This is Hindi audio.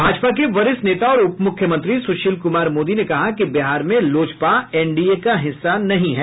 भाजपा के वरिष्ठ नेता और उपमुख्यमंत्री सुशील कुमार मोदी ने कहा कि बिहार में लोजपा एनडीए का हिस्सा नहीं है